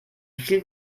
viel